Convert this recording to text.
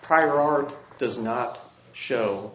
prior art does not show